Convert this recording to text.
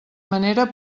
manera